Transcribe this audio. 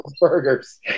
burgers